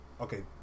okay